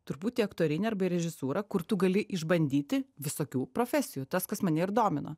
turbūt į aktorinį arba į režisūrą kur tu gali išbandyti visokių profesijų tas kas mane ir domina